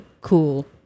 cool